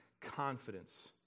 confidence